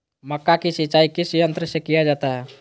मक्का की सिंचाई किस यंत्र से किया जाता है?